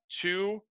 two